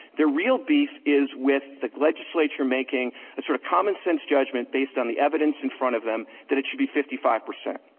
the real beef is with the legislature making a sort of commonsense judgment based on the evidence in front of them that it should be fifty five percent.